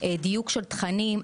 דיוק של תכנים,